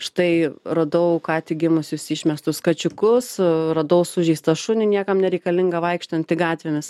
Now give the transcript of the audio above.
štai radau ką tik gimusius išmestus kačiukus radau sužeistą šunį niekam nereikalingą vaikštantį gatvėmis